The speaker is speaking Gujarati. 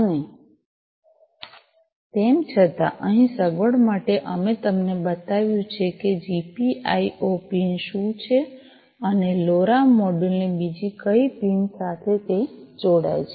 અને તેમ છતાં અહીં સગવડ માટે અમે તમને બતાવ્યું છે કે આ જીપીઆઈઑ પિન શું છે અને લોરા મોડ્યુલ ની બીજી કઈ પિન સાથે તે જોડાય છે